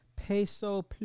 Peso